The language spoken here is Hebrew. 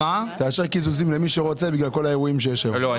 אני